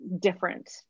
different